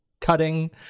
Cutting